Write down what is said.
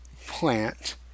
plant